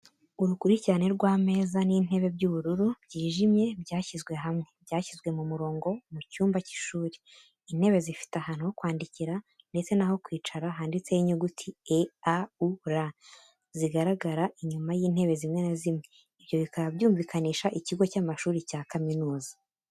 Urukurikirane rw'ameza n'intebe by'ubururu bwijimye byashyizwe hamwe, byashyizwe mu murongo mu cyumba cy'ishuri. Intebe zifite ahantu ho kwandikira ndetse naho kwicara handitseho inyuguti "E.A.U.R" zigaragara inyuma y'intebe zimwe na zimwe, ibyo bikaba byumvikanisha ikigo cy'amashuri cya kaminuza.